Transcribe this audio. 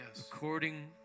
according